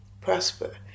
prosper